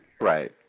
Right